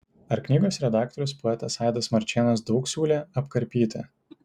ar knygos redaktorius poetas aidas marčėnas daug siūlė apkarpyti